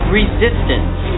resistance